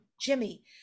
Jimmy